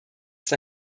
ist